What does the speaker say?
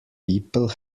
people